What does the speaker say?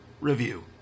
review